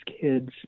kids